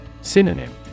Synonym